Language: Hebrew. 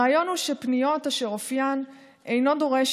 הרעיון הוא שפניות אשר אופיין אינו דורש